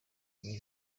buri